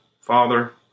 Father